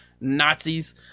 Nazis